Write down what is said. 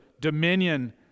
dominion